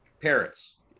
Parrots